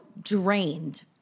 drained